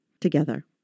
together